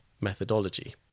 methodology